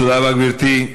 תודה רבה, גברתי.